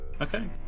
Okay